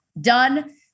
done